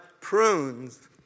prunes